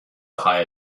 hire